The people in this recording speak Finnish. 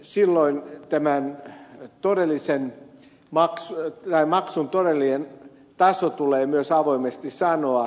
silloin tämän maksun todellinen taso tulee myös avoimesti sanoa